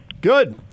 Good